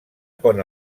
pon